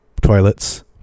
toilets